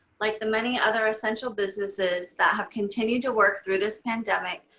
like the many other essential businesses that have continued to work through this pandemic,